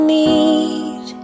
need